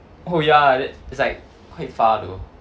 oh ya that is like quite far though